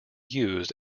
used